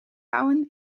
bouwen